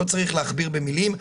לא צריך להכביר במילים,